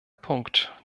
punkt